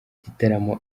igitaramo